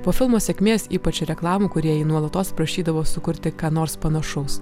po filmo sėkmės ypač reklamų kūrėjai nuolatos prašydavo sukurti ką nors panašaus